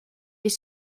est